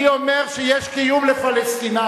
אני אומר שיש קיום לפלסטינים.